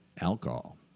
alcohol